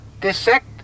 Dissect